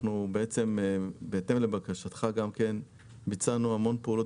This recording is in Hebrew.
גם בהתאם לבקשתך,